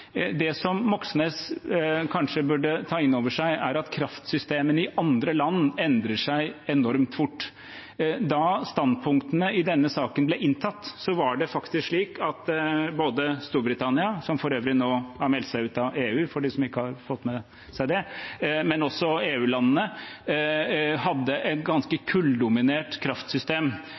Det som Moxnes kanskje burde ta inn over seg, er at kraftsystemene i andre land endrer seg enormt fort. Da standpunktene i denne saken ble inntatt, var det faktisk slik at både Storbritannia, som for øvrig nå har meldt seg ut av EU, for dem som ikke har fått med seg det, og også EU-landene hadde et ganske kulldominert kraftsystem,